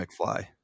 McFly